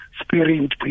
spirit